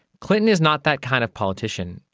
clinton is not that kind of politician.